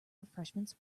refreshments